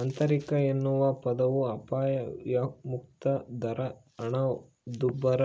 ಆಂತರಿಕ ಎನ್ನುವ ಪದವು ಅಪಾಯಮುಕ್ತ ದರ ಹಣದುಬ್ಬರ